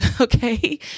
Okay